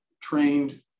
trained